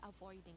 avoiding